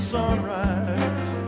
sunrise